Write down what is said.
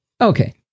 Okay